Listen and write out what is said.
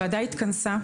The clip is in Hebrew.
הוועדה התכנסה.